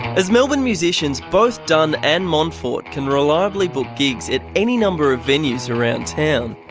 as melbourne musicians, both dunn and montfort can reliably book gigs at any number of venues around town.